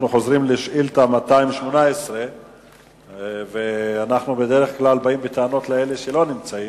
אנחנו חוזרים לשאילתא 218. אנחנו בדרך כלל באים בטענות לאלה שלא נמצאים,